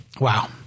Wow